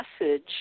message